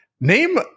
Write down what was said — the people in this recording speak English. name